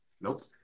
Nope